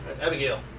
Abigail